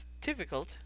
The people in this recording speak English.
difficult